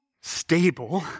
stable